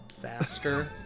faster